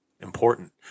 important